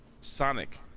Sonic